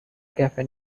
cafe